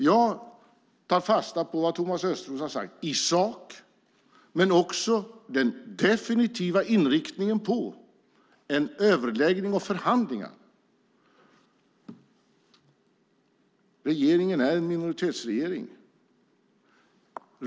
Jag tar fasta på det Thomas Östros har sagt i sak men också på den definitiva inriktningen på överläggning och förhandling. Regeringen är en minoritetsregering.